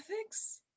ethics